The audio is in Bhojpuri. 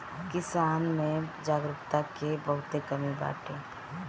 किसान में जागरूकता के बहुते कमी बाटे